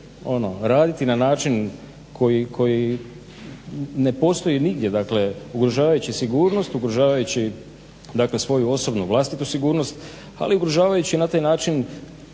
raditi na način koji ne postoji nigdje dakle ugrožavajući sigurnost, ugrožavajući dakle svoju osobnu vlastitu sigurnost ali ugrožavajući na taj način